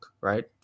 right